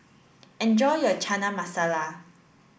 enjoy your Chana Masala